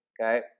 Okay